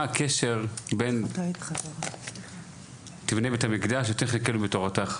מה הקשר בין תבנה בין המקדש ותן חלקנו בתורתך?